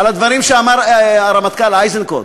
על הדברים שאמר הרמטכ"ל איזנקוט.